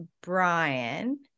Brian